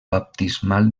baptismal